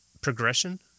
progression